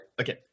Okay